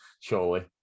Surely